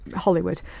Hollywood